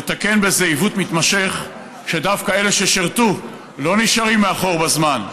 נתקן בזה עיוות מתמשך שדווקא אלה ששירתו לא נשארים מאחור בזמן,